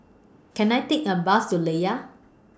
Can I Take A Bus to Layar